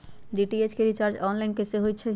DTH के recharge online कैसे होईछई?